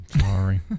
Sorry